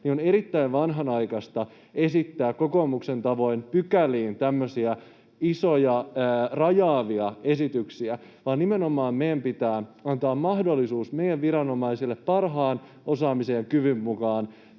On erittäin vanhanaikaista esittää kokoomuksen tavoin pykäliin tämmöisiä isoja rajaavia esityksiä. Meidän pitää nimenomaan antaa mahdollisuus meidän viranomaisille heidän parhaan osaamisensa ja kykynsä mukaan